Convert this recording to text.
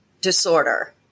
disorder